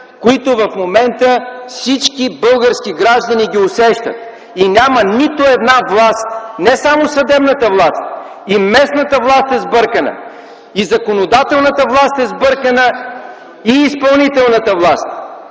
които в момента всички български граждани усещат, и няма нито една власт – не само съдебната власт, и местната власт е сбъркана, и законодателната власт е сбъркана, и изпълнителната власт.